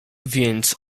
więc